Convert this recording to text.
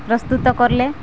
ପ୍ରସ୍ତୁତ କରଲେ